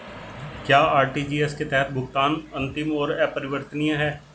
क्या आर.टी.जी.एस के तहत भुगतान अंतिम और अपरिवर्तनीय है?